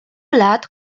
lat